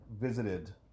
visited